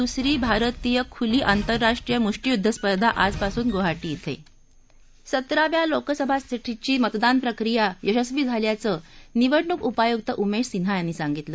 दुसरी भारतीय खुली आंतरराष्ट्रीय मुष्टीयुद्ध स्पर्धा आजपासून गुवाहाटी कें सतराव्या लोकसभेसाठीची मतदान प्रक्रीया यशस्वी झाल्याचं निवडणूक उपायुक्त उमेश सिन्हा यांनी सांगितलं